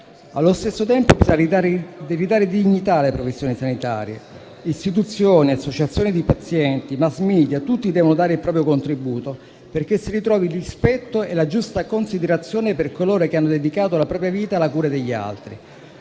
Allo stesso tempo, occorre ridare dignità alle professioni sanitarie: istituzioni, associazioni di pazienti e *mass media* devono dare tutti il proprio contributo perché si ritrovino il rispetto e la giusta considerazione per coloro che hanno dedicato la propria vita alla cura degli altri.